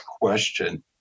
question